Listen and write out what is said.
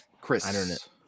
Chris